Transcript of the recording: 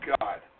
God